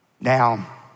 Now